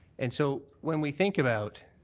and so when we think about